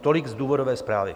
Tolik z důvodové zprávy.